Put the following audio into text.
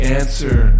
answer